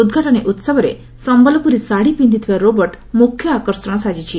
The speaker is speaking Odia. ଉଦ୍ଘାଟନୀ ଉହବରେ ସମ୍ୟଲପୁରୀ ଶାତୀ ପିକ୍ଷିଥିବା ରୋବର୍ଟ ମୁଖ୍ୟ ଆକର୍ଷଣ ସାଜିଛି